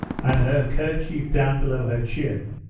and her kerchief down below her chin,